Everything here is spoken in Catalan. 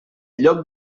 llop